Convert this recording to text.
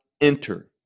enter